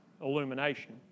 illumination